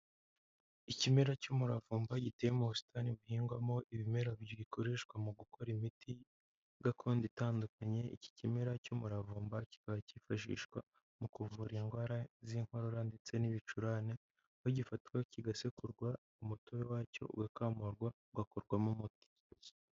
Ikimera cy'umuravumba giteye mu busitani buhingwamo ibimera bibiri bikoreshwa mu gukora imiti gakondo itandukanye, iki kimera cy'umuravumba kikaba cyifashishwa mu kuvura indwara z'inkorora ndetse n'ibicurane, aho gifatwa kigasekurwa umutobe wacyo ugakamurwa ugakorwarwamo umuti.